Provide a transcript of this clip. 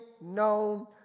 known